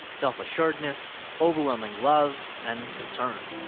self-assuredness, overwhelming love and concern.